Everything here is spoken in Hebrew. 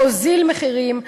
להוזיל מחירים,